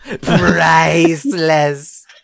PRICELESS